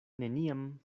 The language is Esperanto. neniam